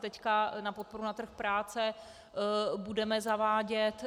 Teď na podporu na trh práce budeme zavádět,